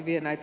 mitä